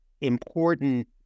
important